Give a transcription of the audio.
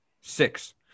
Six